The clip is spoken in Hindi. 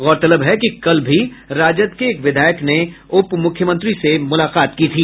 गौरतलब है कि कल भी राजद के एक विधायक ने उप मुख्यमंत्री से मुलाकात की थी